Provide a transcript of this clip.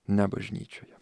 ne bažnyčioje